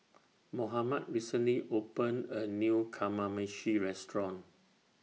Mohammed recently opened A New Kamameshi Restaurant